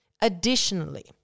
Additionally